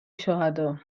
شهداء